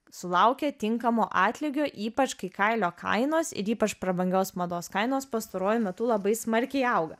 sulaukia tinkamo atlygio ypač kai kailio kainos ir ypač prabangios mados kainos pastaruoju metu labai smarkiai auga